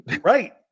Right